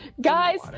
Guys